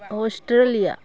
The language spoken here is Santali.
ᱚᱥᱴᱨᱮᱞᱤᱭᱟ